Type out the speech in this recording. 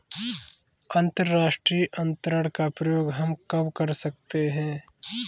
अंतर्राष्ट्रीय अंतरण का प्रयोग हम कब कर सकते हैं?